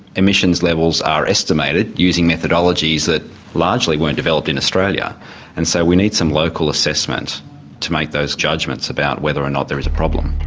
emissions levels are estimated using methodologies that largely weren't developed in australia and so we need some local assessment to make those judgements about whether or not there is a problem.